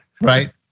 right